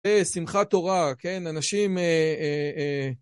זה שמחת תורה, כן? אנשים...